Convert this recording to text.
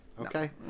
Okay